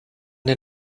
den